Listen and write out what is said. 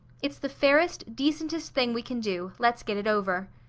it's the fairest, decentest thing we can do, let's get it over.